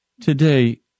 Today